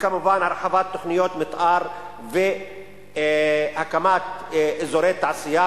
וכמובן הרחבת תוכניות מיתאר והקמת אזורי תעשייה